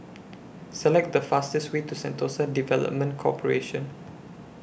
Select The fastest Way to Sentosa Development Corporation